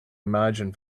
margin